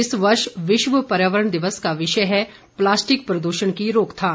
इस वर्ष विश्व पर्यावरण दिवस का विषय है प्लास्टिक प्रदूषण की रोकथाम